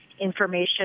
information